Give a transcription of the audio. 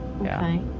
Okay